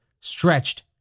stretched